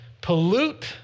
pollute